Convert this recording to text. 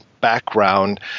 background